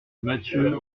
mathieu